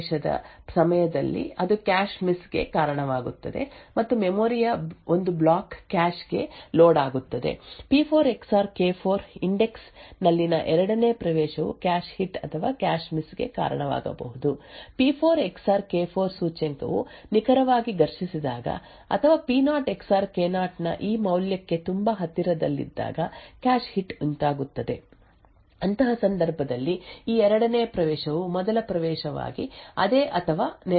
ಆದ್ದರಿಂದ ಪಿ0 ಎಕ್ಸಾರ್ ಕೆ0 ಸ್ಥಳದಲ್ಲಿ ಮೊದಲ ಪ್ರವೇಶದ ಸಮಯದಲ್ಲಿ ಅದು ಕ್ಯಾಶ್ ಮಿಸ್ ಗೆ ಕಾರಣವಾಗುತ್ತದೆ ಮತ್ತು ಮೆಮೊರಿ ಯ ಒಂದು ಬ್ಲಾಕ್ ಕ್ಯಾಶ್ ಕ್ಕೆ ಲೋಡ್ ಆಗುತ್ತದೆ ಪಿ4 ಎಕ್ಸಾರ್ ಕೆ4 ಇಂಡೆಕ್ಸ್ ನಲ್ಲಿನ ಎರಡನೇ ಪ್ರವೇಶವು ಕ್ಯಾಶ್ ಹಿಟ್ ಅಥವಾ ಕ್ಯಾಶ್ ಮಿಸ್ ಗೆ ಕಾರಣವಾಗಬಹುದು ಪಿ4 ಎಕ್ಸಾರ್ ಕೆ4 ಸೂಚ್ಯಂಕವು ನಿಖರವಾಗಿ ಘರ್ಷಿಸಿದಾಗ ಅಥವಾ ಪಿ0 ಎಕ್ಸಾರ್ ಕೆ0 ನ ಈ ಮೌಲ್ಯಕ್ಕೆ ತುಂಬಾ ಹತ್ತಿರದಲ್ಲಿದ್ದಾಗ ಕ್ಯಾಶ್ ಹಿಟ್ ಉಂಟಾಗುತ್ತದೆ ಅಂತಹ ಸಂದರ್ಭದಲ್ಲಿ ಈ ಎರಡನೇ ಪ್ರವೇಶವು ಮೊದಲ ಪ್ರವೇಶವಾಗಿ ಅದೇ ಅಥವಾ ನೆರೆಯ ಸ್ಥಳಕ್ಕೆ ಎಂದು ಸೂಚಿಸುತ್ತದೆ